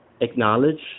acknowledge